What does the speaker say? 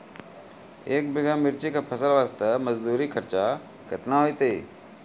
एक बीघा मिर्ची के फसल वास्ते मजदूरी खर्चा केतना होइते?